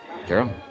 Carol